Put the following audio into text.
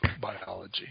biology